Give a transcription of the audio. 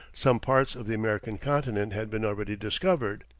some parts of the american continent had been already discovered,